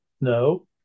No